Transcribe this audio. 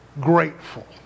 grateful